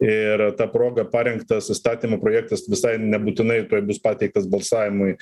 ir ta proga parengtas įstatymo projektas visai nebūtinai tuoj bus pateiktas balsavimui